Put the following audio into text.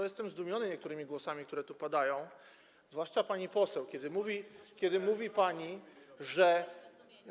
Jestem zdumiony niektórymi głosami, które tu padają, zwłaszcza pani poseł, kiedy mówi pani, że.